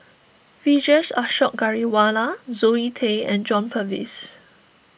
Vijesh Ashok Ghariwala Zoe Tay and John Purvis